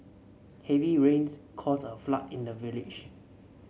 heavy rains caused a flood in the village